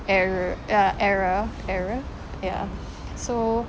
er~ ya era era ya so